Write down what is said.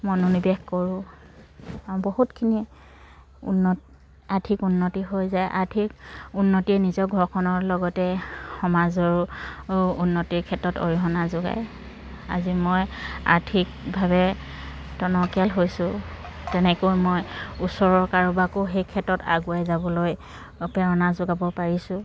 মনোনিৱেশ কৰোঁ বহুতখিনি উন্নত আৰ্থিক উন্নতি হৈ যায় আৰ্থিক উন্নতিয়ে নিজৰ ঘৰখনৰ লগতে সমাজৰো উন্নতিৰ ক্ষেত্ৰত অৰিহণা যোগায় আজি মই আৰ্থিকভাৱে টনকিয়াল হৈছোঁ তেনেকৈ মই ওচৰৰ কাৰোবাকো সেই ক্ষেত্ৰত আগুৱাই যাবলৈ প্ৰেৰণা যোগাব পাৰিছোঁ